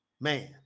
man